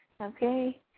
Okay